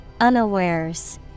unawares